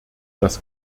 das